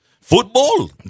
Football